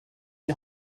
die